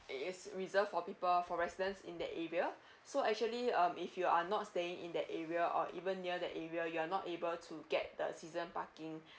it is reserved for people for resident in that area so actually um if you are not staying in that area or even near that area you are not able to get the season parking